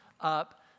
up